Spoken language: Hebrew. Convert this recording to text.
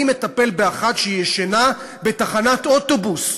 אני מטפל באחת שהיא ישנה בתחנת אוטובוס,